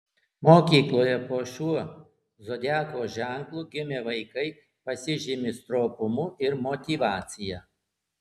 mokykloje po šiuo zodiako ženklu gimę vaikai pasižymi stropumu ir motyvacija